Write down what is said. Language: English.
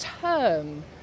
term